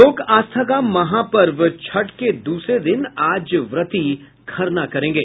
लोक आस्था का महापर्व छठ के दूसरे दिन आज व्रती खरना करेंगे